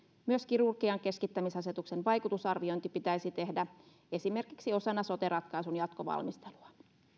myös kirurgian keskittämisasetuksen vaikutusarviointi pitäisi tehdä esimerkiksi osana sote ratkaisun jatkovalmistelua